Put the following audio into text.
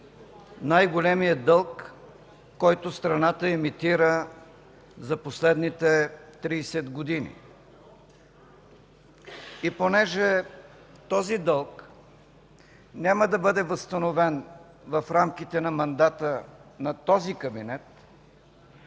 най-големия дълг, който страната емитира за последните 30 години! И понеже този дълг няма да бъде възстановен в рамките на мандата на този кабинет,